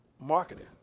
marketing